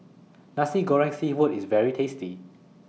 Nasi Goreng Seafood IS very tasty